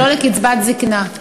ולא לקצבת זיקנה?